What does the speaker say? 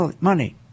money